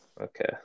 Okay